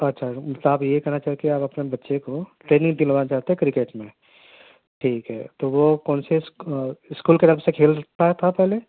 اچھا مطلب آپ یہ کہنا چاہتے کہ آپ اپنے بچے کو ٹریننگ دلوانا چاہتے ہیں کرکٹ میں ٹھیک ہے تو وہ کون سے اس کو اسکول کے طرف سے کھیلتا تھا پہلے